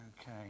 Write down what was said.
Okay